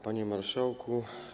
Panie Marszałku!